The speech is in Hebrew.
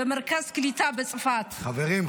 מרכז קליטה בצפת --- חברים,